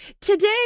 today